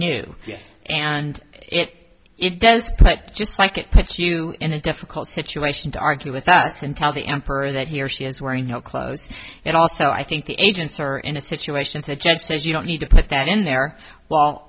yes and if it does but just like it puts you in a difficult situation to argue with us and tell the emperor that he or she is wearing her clothes and also i think the agents are in a situation to judge says you don't need to put that in there well